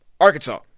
Arkansas